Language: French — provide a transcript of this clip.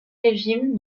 régime